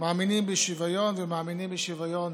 מאמינים בשוויון ומאמינים בשוויון